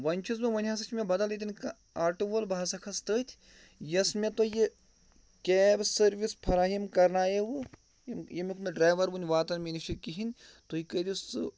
وۄنۍ چھُس بہٕ وۄنۍ ہسا چھِ مےٚ بدل ییٚتٮ۪ن کانٛہہ آٹوٗ وول بہٕ ہسا کھسہٕ تٔتھۍ یۄس مےٚ تۄہہِ یہِ کیب سٔروِس فراہِم کَرناییوٕ ییٚمیُک نہٕ ڈرٛایوَر وٕنہِ واتان مےٚ نِش چھِ کِہیٖنۍ تُہۍ کٔرِو سُہ